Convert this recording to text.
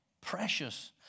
precious